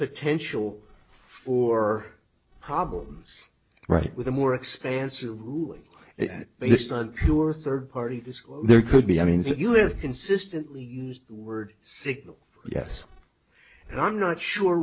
potential for problems right with a more expansive ruling based on pure third party to school there could be i mean if you have consistently used the word signal yes and i'm not sure